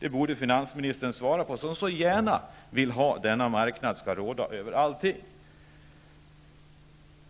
Detta borde finansministern svara på som så gärna vill att denna marknad skall råda över allting.